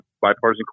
bipartisan